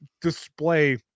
display